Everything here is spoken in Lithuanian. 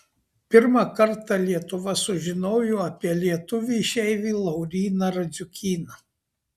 pirmą kartą lietuva sužinojo apie lietuvį išeivį lauryną radziukyną